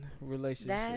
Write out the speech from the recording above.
relationship